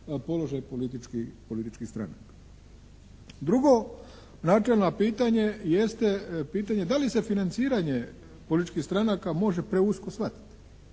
položaj političkih stranaka. Drugo načelno pitanje jeste pitanje da li se financiranje političkih stranaka može preusko shvatiti.